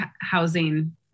housing